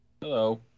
hello